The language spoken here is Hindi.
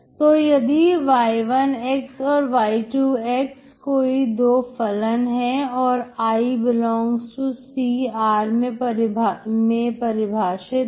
तो यदि y1 और y2 कोई दो फलन है जो ICR मैं परिभाषित है